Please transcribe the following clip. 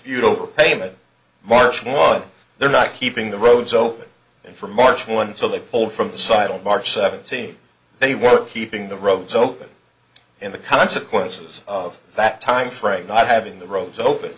dispute over payment marsh was there not keeping the roads open for march one so they pulled from the site on march seventeenth they were keeping the roads open in the consequences of that timeframe not having the roads